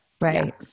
Right